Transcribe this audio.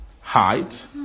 height